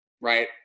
right